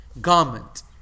garment